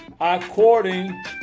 according